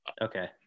Okay